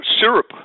syrup